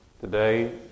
Today